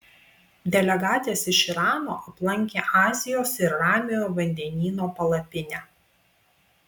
delegatės iš irano aplankė azijos ir ramiojo vandenyno palapinę